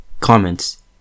Comments